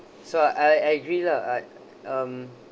so I I agree lah ah um